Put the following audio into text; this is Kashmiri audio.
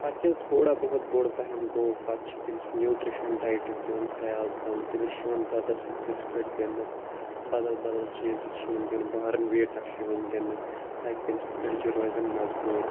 پتہٕ ییٚلہِ تھوڑا بہت بوٚڈ پہم گوٚو پَتہٕ چھِ تٔمۍ سٕنٛدۍ نیوٗٹِرٛشَن ڈایٹُک یِوان خیال تھاونہٕ تٔمِس چھِ یِوان دۄدَس سۭتۍ بِسکیٖٹ دِنہٕ بدل بدل چیٖز تہِ چھِ یِوان دِنہٕ بارَنویٖٹا چھِ یِوان دِنہٕ تاکہِ تٔمۍ سٕنٛز أڈجہِ روزَن مضبوٗط